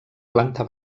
planta